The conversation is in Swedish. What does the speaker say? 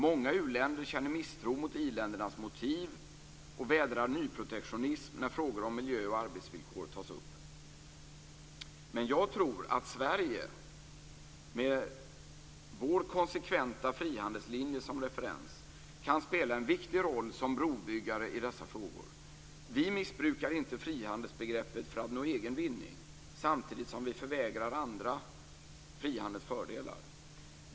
Många u-länder känner misstro mot i-ländernas motiv och vädrar nyprotektionism när frågor om miljö och arbetsvillkor tas upp. Men jag tror att Sverige med vår konsekventa frihandelslinje som referens kan spela en viktig roll som brobyggare i dessa frågor. Vi missbrukar inte frihandelsbegreppet för att nå egen vinning samtidigt som vi förvägrar andra frihandelns fördelar.